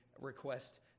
request